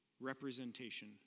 representation